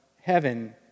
heaven